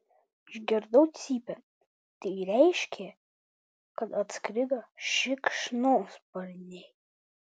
išgirdau cypiant tai reiškė kad atskrido šikšnosparniai